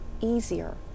easier